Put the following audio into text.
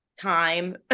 time